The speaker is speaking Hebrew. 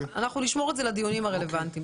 אנחנו נשמור את זה לדיונים הרלוונטיים.